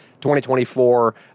2024